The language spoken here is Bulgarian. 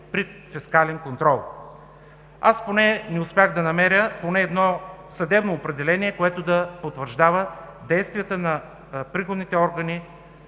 при фискален контрол. Аз поне не успях да намеря поне едно съдебно определение, което да потвърждава действията на приходните органи